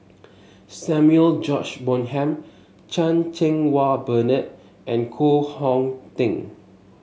Samuel George Bonham Chan Cheng Wah Bernard and Koh Hong Teng